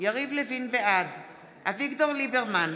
בעד אביגדור ליברמן,